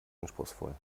anspruchsvoll